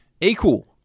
equal